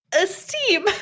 Esteem